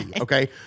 okay